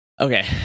okay